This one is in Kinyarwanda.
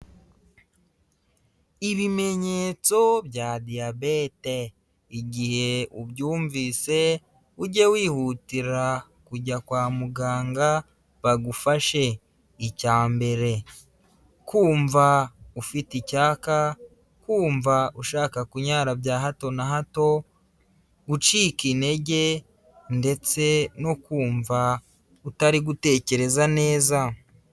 Ibimenyetso bya Diyabete igihe ubyumvise ujye wihutira kujya kwa muganga bagufashe. Icya mbere kumva ufite icyaka, kumva ushaka kunyara bya hato na hato, gucika intege ndetse no kumva utari gutekereza neza.